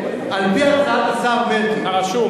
על-פי הצעת השר מרגי,